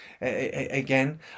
again